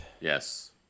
Yes